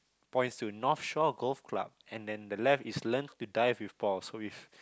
points to North Shore Golf Club and the left is learn to dive with balls